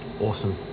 Awesome